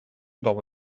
dopo